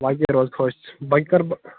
باقٕے روز خۄش ژٕ باقٕے کَرٕ بہٕ